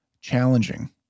challenging